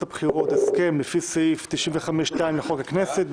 הבחירות הסכם לפי סעיף 59(2) לחוק הכנסת,